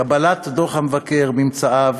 קבלת דוח המבקר וממצאיו